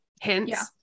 hints